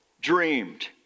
dreamed